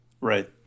Right